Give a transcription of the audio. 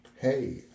Hey